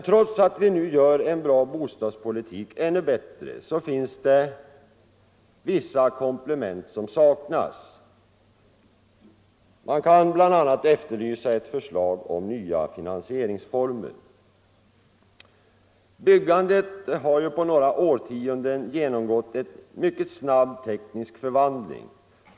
Trots att vi nu gör en bra bostadspolitik ännu bättre är det emellertid vissa ting som saknas. Man kan bl.a. efterlysa ett förslag om nya finansieringsformer. Byggandet har ju på bara ett par årtionden undergått en mycket snabb teknisk förvandling.